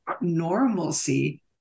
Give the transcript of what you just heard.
normalcy